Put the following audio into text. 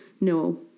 no